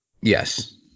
Yes